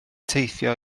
teithio